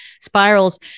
spirals